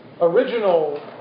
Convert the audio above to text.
original